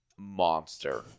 Monster